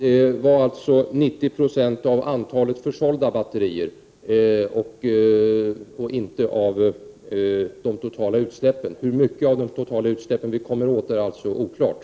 Herr talman! Det var alltså 90 26 av antalet försålda batterier och inte 90 96 av de totala utsläppen. Hur mycket av de totala utsläppen vi kommer åt är alltså oklart.